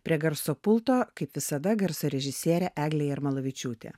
prie garso pulto kaip visada garso režisierė eglė jarmalavičiūtė